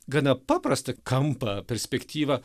gana paprastą kampą perspektyvą